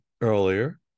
earlier